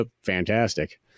fantastic